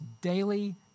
daily